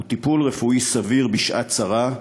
היא טיפול רפואי סביר בשעת צרה,